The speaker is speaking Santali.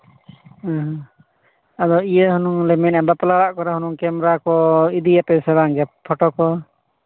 ᱟᱫᱚ ᱤᱭᱟᱹ ᱟᱞᱮ ᱢᱟᱞᱮ ᱢᱮᱱᱮᱜ ᱵᱟᱯᱞᱟ ᱚᱲᱟᱜ ᱠᱚᱨᱮ ᱠᱮᱢᱮᱨᱟ ᱠᱚ ᱤᱫᱤᱭᱟᱯᱮ ᱥᱮ ᱵᱟᱝᱜᱮ ᱯᱷᱳᱴᱳ ᱠᱚ